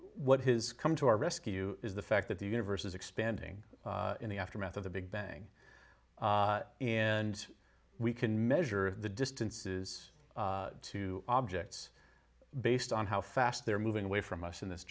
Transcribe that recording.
what his come to our rescue is the fact that the universe is expanding in the aftermath of the big bang and we can measure the distances to objects based on how fast they're moving away from us in this